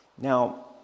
Now